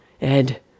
Ed